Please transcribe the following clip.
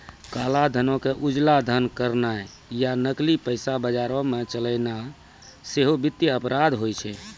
काला धनो के उजला धन करनाय या नकली पैसा बजारो मे चलैनाय सेहो वित्तीय अपराध होय छै